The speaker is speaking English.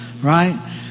Right